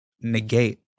negate